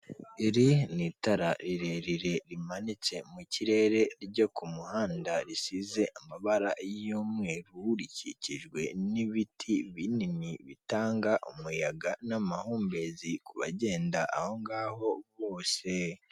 Iri ni itara rirerire rimanitse mu kirere ryo ku muhanda risize amabara y'umweru rikikijwe n'ibiti binini bitanga umuyaga n'amahumbezi kubagenda agongaho bose.